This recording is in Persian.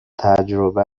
تجربه